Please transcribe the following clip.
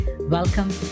Welcome